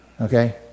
okay